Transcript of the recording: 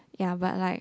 ya but like